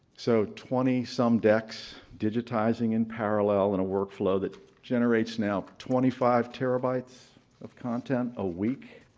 so, twenty some decks digitizing in parallel in a workflow that generates now twenty five terabytes of content a week.